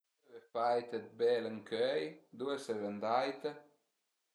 Coza l'eve fait d'bel ëncöi? Ëndura seve andait?